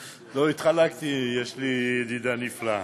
לא, התחלקתי, יש לי ידידה נפלאה.